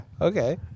Okay